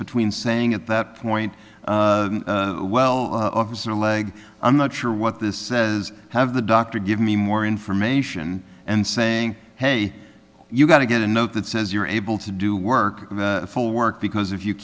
between saying at that point well officer leg i'm not sure what this says have the doctor give me more information and saying hey you got to get a note that says you're able to do work full work because if you